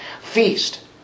feast